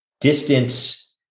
distance